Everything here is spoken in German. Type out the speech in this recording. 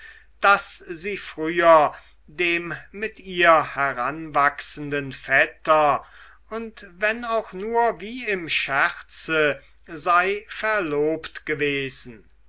daß sie früher dem mit ihr heranwachsenden vetter und wenn auch nur wie im scherze sei verlobt gewesen